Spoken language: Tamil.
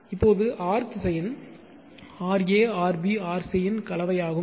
இப்போது R திசையன் ra rb rc இன் கலவையாகும்